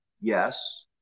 Yes